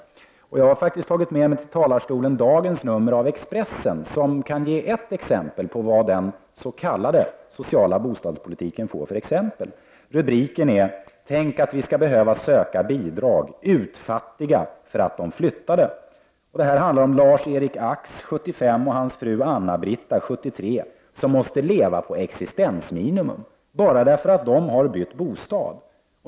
Jag har tagit med mig dagens nummer av Expressen, som kan ge ett exempel på vad den s.k. sociala bostadspolitiken får för effekter. Rubriken i artikeln är ”Tänk att vi skall behöva söka bidrag. Utfattiga — för att de flyttade”. Det handlar om Lars Erik Ax, 75, och hans fru Anna-Britta, 73, som måste leva på existensminimum bara därför att de har bytt bostad.